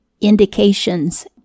indications